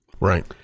Right